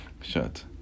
shut